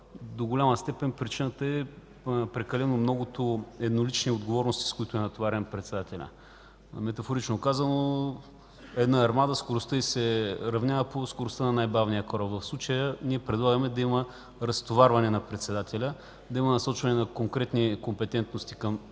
до голяма степен е прекаленото многото еднолични отговорности, с които е натоварен председателят. Метафорично казано, скоростта на една армада се равнява по скоростта на най-бавния кораб. В случая предлагаме да има разтоварване на председателя и насочване на конкретни компетентности към